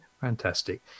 fantastic